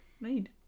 Made